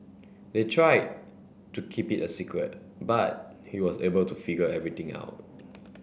they tried to keep it a secret but he was able to figure everything out